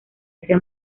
ese